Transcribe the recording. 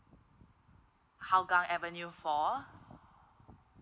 hougang avenue four